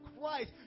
christ